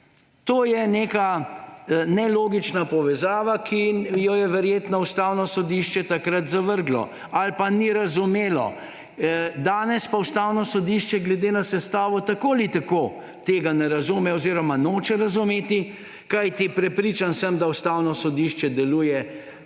To je neka nelogična povezava, ki jo je verjetno Ustavno sodišče takrat zavrglo ali pa ni razumelo. Danes pa Ustavno sodišče glede na sestavo tako ali tako tega ne razume oziroma noče razumeti, kajti prepričan sem, da Ustavno sodišče deluje v